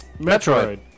Metroid